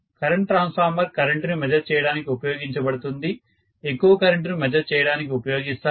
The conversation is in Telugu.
కరెంటు ట్రాన్స్ఫార్మర్ కరెంటుని మెజర్ చేయడానికి ఉపయోగించబడుతుంది ఎక్కువ కరెంటు ను మెజర్ చేయడానికి ఉపయోగిస్తాము